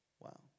Wow